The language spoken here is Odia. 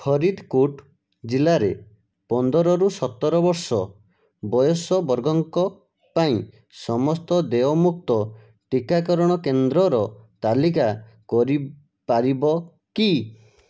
ଫରିଦ୍କୋଟ୍ ଜିଲ୍ଲାରେ ପନ୍ଦରରୁ ସତର ବର୍ଷ ବୟସ ବର୍ଗଙ୍କ ପାଇଁ ସମସ୍ତ ଦେୟମୁକ୍ତ ଟିକାକରଣ କେନ୍ଦ୍ରର ତାଲିକା କରିପାରିବ କି